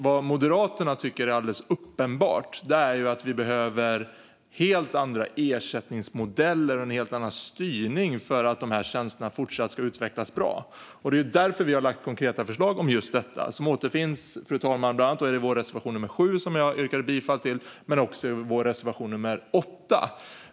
Vad Moderaterna tycker är alldeles uppenbart är att vi behöver helt andra ersättningsmodeller och en helt annan styrning för att de här tjänsterna ska fortsätta utvecklas väl. Det är därför vi har lagt fram konkreta förslag om just detta. De återfinns bland annat i vår reservation nummer 7, som jag yrkade bifall till, men också i vår reservation nummer 8.